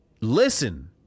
listen